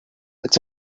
its